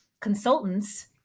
consultants